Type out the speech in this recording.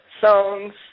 songs